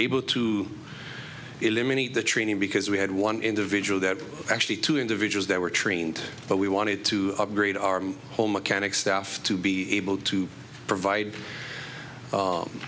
able to eliminate the training because we had one individual that actually two individuals that were trained but we wanted to upgrade our whole mechanics stuff to be able to provide